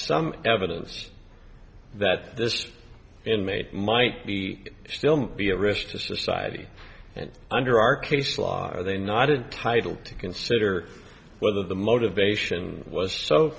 some evidence that this inmate might be still might be a risk to society and under our case law are they not entitle to consider whether the motivation was so